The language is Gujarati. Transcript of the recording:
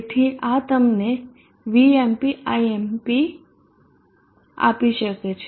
તેથી આ તમને Vmp Imp આપી શકે છે